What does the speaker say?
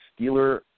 Steeler